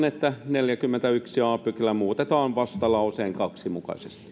että neljäskymmenesensimmäinen a pykälä muutetaan vastalauseen kaksi mukaisesti